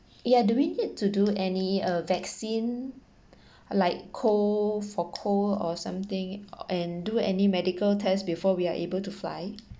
yeah do we need to do any uh vaccine like cold for cold or something or and do any medical test before we are able to fly